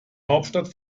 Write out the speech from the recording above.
hauptstadt